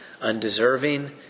Undeserving